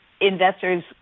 investors